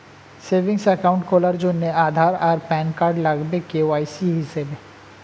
savings account খোলার জন্যে আধার আর প্যান কার্ড লাগবে কে.ওয়াই.সি হিসেবে